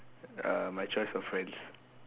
uh my choice of friends